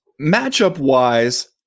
Matchup-wise